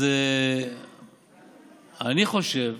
אז אני חושב